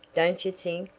don't you think?